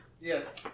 Yes